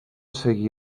seguí